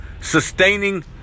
sustaining